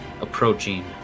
Approaching